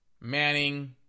Manning